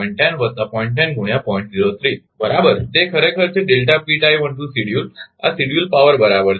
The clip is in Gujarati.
1 plus તમારા બરાબર તે ખરેખર છે આ શેડ્યૂલ પાવર બરાબર છે